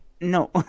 No